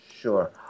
Sure